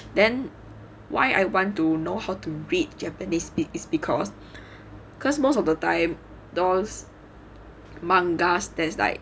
then why I want to know how to read japanese is because because most of the time mangas that's like